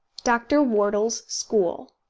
doctor wortle's school,